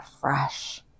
fresh